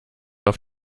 auf